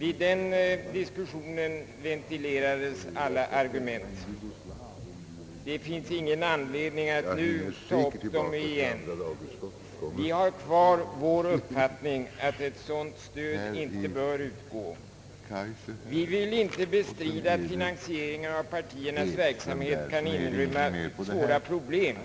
I denna diskussion ventilerades alla argument av betydelse, och det finns ingen anledning att nu ta upp dem igen. Vi vidhåller vår uppfattning att ett sådant stöd inte bör utgå. Vi vill inte bestrida att finansieringen av partiernas verksamhet kan inrymma svåra problem.